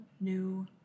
new